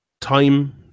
time